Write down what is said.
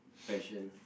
passion